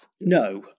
No